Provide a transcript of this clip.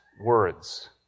words